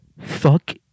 fuck